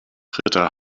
britta